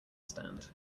stand